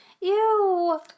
Ew